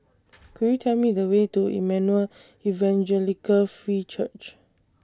Could YOU Tell Me The Way to Emmanuel Evangelical Free Church